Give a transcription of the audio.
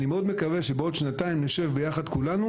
אני מאד מקווה שבעוד שנתיים נשב ביחד כולנו